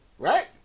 Right